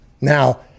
Now